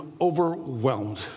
overwhelmed